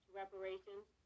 reparations